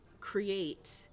create